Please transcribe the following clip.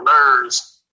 nerves